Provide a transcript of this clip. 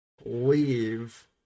leave